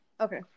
okay